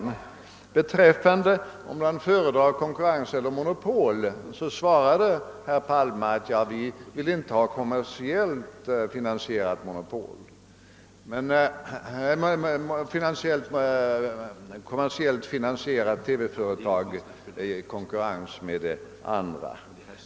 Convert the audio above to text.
På direkt fråga huruvida han föredrar konkurrens eller monopol svarade herr Palme: Vi vill inte ha ett kommersiellt finansierat TV-företag som konkurrerar med det andra.